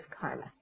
karma